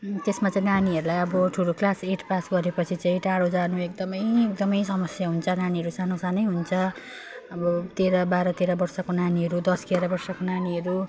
त्यसमा चाहिँ नानीहरूलाई अब ठुलो क्लास एट पास गरेपछि चाहिँ टाढो जानु एकदमै एकदमै समस्या हुन्छ नानीहरू सानो सानै हुन्छ अब तेह्र बाह्र तेह्र वर्षको नानीहरू दस एघारा वर्षको नानीहरू